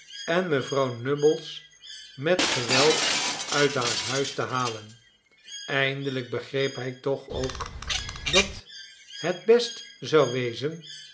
en vrouw nubbles met geweld uit haar huis te halen eindelijk begreep hij toch ook dat het best zou wezen